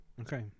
Okay